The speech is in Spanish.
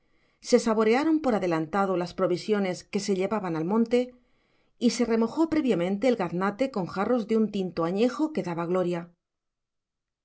se saborearon por adelantado las provisiones que se llevaban al monte y se remojó previamente el gaznate con jarros de un tinto añejo que daba gloria